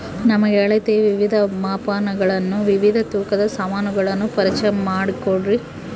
ನಮಗೆ ಅಳತೆಯ ವಿವಿಧ ಮಾಪನಗಳನ್ನು ವಿವಿಧ ತೂಕದ ಸಾಮಾನುಗಳನ್ನು ಪರಿಚಯ ಮಾಡಿಕೊಡ್ರಿ?